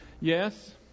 Yes